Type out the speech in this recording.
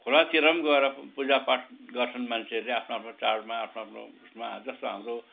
खोलातिर पनि गएर पुजा पाठ गर्छन् मान्छेहरूले आफ्नो आफ्नो चाडमा आफ्नो आफ्नो उसमा जस्तो हाम्रो